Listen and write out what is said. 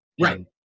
Right